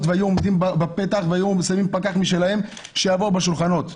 והיו עומדים בפתח ושמים פקח משלהם שיעבור בשולחנות.